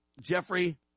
Jeffrey